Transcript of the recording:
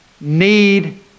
need